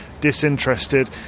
disinterested